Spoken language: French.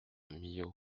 millau